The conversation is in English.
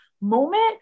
moment